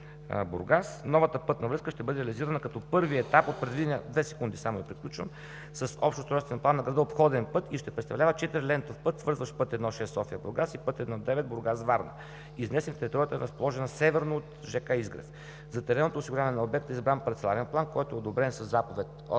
Бургас. Новата пътна връзка ще бъде реализирана като първи етап от предвидения с общ устройствен план на града обходен път и ще представлява четирилентов път, свързващ път І-6 София – Бургас и път І-9 Бургас – Варна, изнесен в територията, разположена северно от ж.к. „Изгрев“. За теренното осигуряване на обекта е избран парцеларен план, който е одобрен със Заповед от